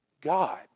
God